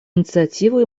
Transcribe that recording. инициативу